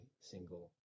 single